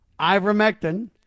Ivermectin